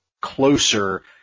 closer